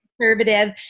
conservative